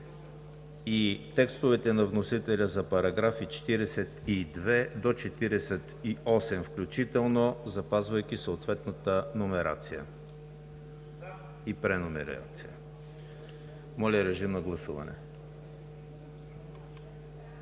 и текстовете на вносителя за параграфи 42 до 48 включително, запазвайки съответната номерация и преномерация. Гласували